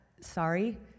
Sorry